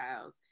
styles